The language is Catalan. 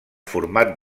format